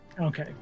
Okay